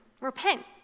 repent